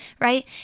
Right